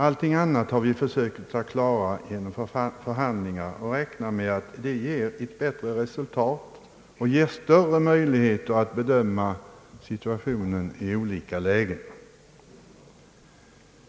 Allting annat har vi försökt klara genom förhandlingar, och vi räknar med att det ger ett bättre resultat och större möjligheter att bedöma situationen i olika lägen.